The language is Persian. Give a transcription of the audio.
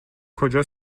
کجا